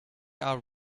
are